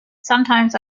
sometimes